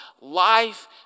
Life